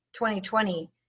2020